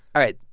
all right.